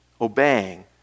obeying